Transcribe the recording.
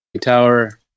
tower